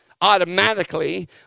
automatically